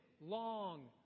long